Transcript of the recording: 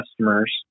customers